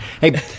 Hey